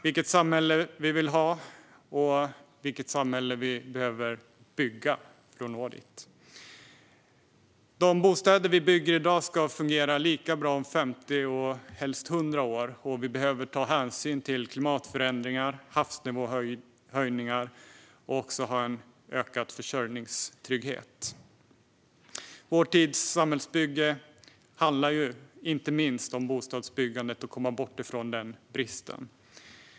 Vilket samhälle vill vi ha, och vilket samhälle behöver vi bygga för att nå dit? De bostäder vi bygger i dag ska fungera lika bra om 50 och helst 100 år. Vi behöver ta hänsyn till klimatförändringar och havsnivåhöjningar och också ha en ökad försörjningstrygghet. Vår tids samhällsbygge handlar inte minst om bostadsbyggandet och om att komma bort från bostadsbristen.